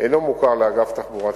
אינו מוכר לאגף התחבורה הציבורית.